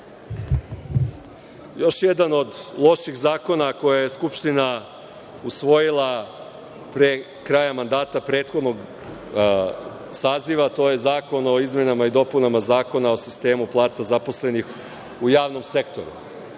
Još jedan od loših zakona koje je Skupština usvojila krajem mandata prethodnog saziva, to je Zakon o izmenama i dopunama Zakona o sistemu plata zaposlenih u javnom sektoru.